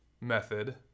method